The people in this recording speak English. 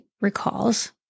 recalls